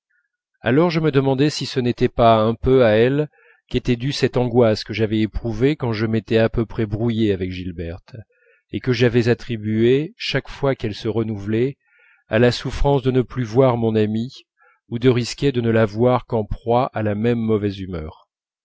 alors je me demandai si ce n'était pas un peu à elle qu'était due cette angoisse que j'avais éprouvée quand je m'étais à peu près brouillé avec gilberte et que j'avais attribuée chaque fois qu'elle se renouvelait à la souffrance de ne plus voir mon amie ou de risquer de ne la voir qu'en proie à la même mauvaise humeur